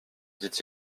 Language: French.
dit